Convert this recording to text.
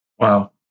Wow